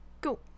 go